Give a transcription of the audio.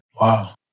Wow